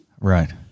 Right